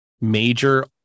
major